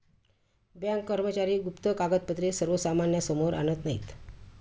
bank कर्मचारी गुप्त कागदपत्रे सर्वसामान्यांसमोर आणत नाहीत